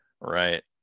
Right